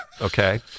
Okay